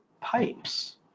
pipes